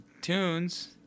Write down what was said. tunes